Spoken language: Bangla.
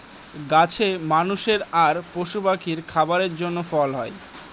গাছে মানুষের আর পশু পাখির খাবারের জন্য ফল হয়